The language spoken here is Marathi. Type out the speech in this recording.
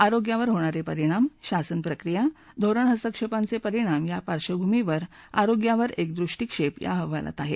आरोग्यावर होणारे परिणाम शासन प्रक्रिया आणि धोरण हस्तक्षेपांचे परिणाम या पार्वभूमीवर आरोग्यावर एक दृष्टीक्षेप या अहवालामधे आहे